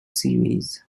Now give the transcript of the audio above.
series